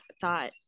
thought